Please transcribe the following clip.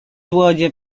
łodzie